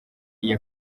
iyi